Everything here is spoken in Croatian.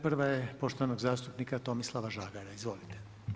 Prva je poštovanog zastupnika Tomislava Žagara, izvolite.